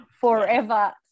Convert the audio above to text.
forever